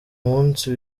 munsi